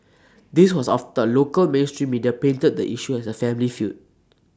this was after local mainstream media painted the issue as A family feud